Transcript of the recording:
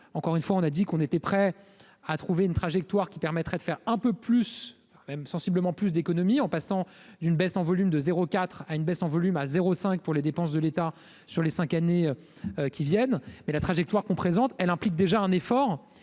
encore une fois, on a dit qu'on était prêt à trouver une trajectoire qui permettrait de faire un peu plus même sensiblement plus d'économie, en passant d'une baisse en volume de 0 4 à une baisse en volume à zéro cinq pour les dépenses de l'État sur les 5 années qui viennent, mais la trajectoire qu'on présente, elle implique déjà un effort